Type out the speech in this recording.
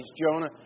Jonah